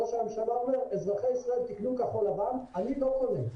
ראש הממשלה אומר: אזרחי ישראל תקנו כחול לבן אני באו"ם.